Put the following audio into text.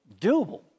doable